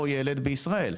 או ילד בישראל.